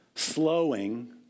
Slowing